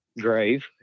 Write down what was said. grave